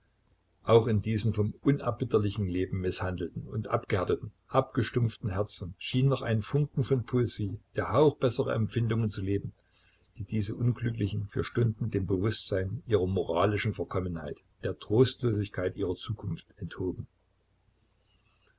auch in diesen vom unerbittlichen leben mißhandelten und abgehärteten abgestumpften herzen schien noch ein funken von poesie der hauch besserer empfindungen zu leben die diese unglücklichen für stunden dem bewußtsein ihrer moralischen verkommenheit der trostlosigkeit ihrer zukunft enthoben